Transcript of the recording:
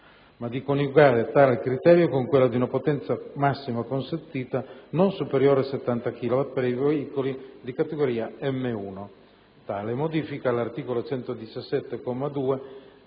ma di coniugare tale criterio con quello di potenza massima consentita non superiore a 70 kW per i veicoli di categoria M1. Tale modifica all'articolo 117,